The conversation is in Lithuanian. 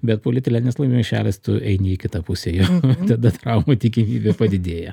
bet politilenis maišelis tu eini į kitą pusę jau tada traumų tikimybė padidėja